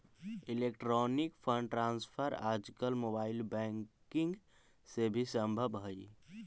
electronic fund transfer आजकल mobile banking से भी संभव हइ